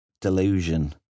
delusion